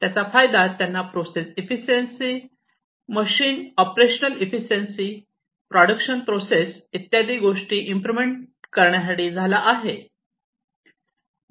त्याचा फायदा त्यांना process efficiency machine operational efficiency production process इत्यादी गोष्टी इम्प्रोवमेंट करण्यासाठी झाला आहे